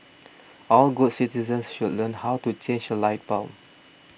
all good citizens should learn how to change a light bulb